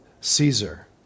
Caesar